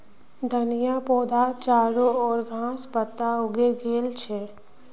धनिया पौधात चारो ओर घास पात उगे गेल छ